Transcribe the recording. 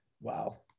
Wow